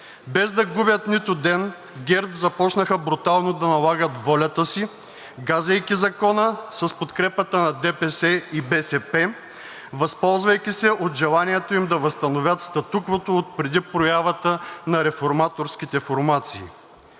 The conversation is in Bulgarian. без да губят нито ден, ГЕРБ започнаха брутално да налагат волята си, газейки Закона с подкрепата на ДПС и БСП, възползвайки се от желанието им да възстановят статуквото отпреди появата на реформаторските формации.